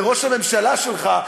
לראש הממשלה שלך,